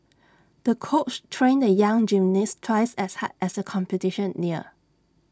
the coach trained the young gymnast twice as hard as the competition neared